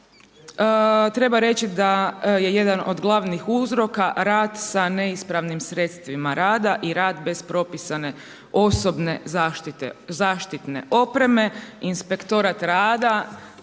treba reći da je jedan od glavnih uzroka rad sa neispravnim sredstvima rada i rad bez propisane osobne zaštitne opreme.